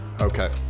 Okay